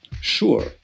sure